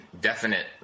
definite